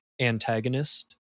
antagonist